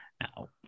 now